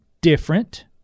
different